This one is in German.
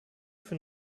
für